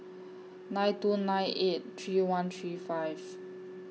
nine two nine eight three one three five